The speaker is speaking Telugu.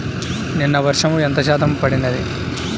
నిన్న వర్షము ఎంత శాతము పడినది?